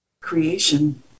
creation